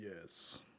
Yes